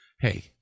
hey